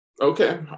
Okay